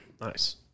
Nice